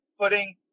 putting